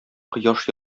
кояш